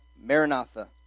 Maranatha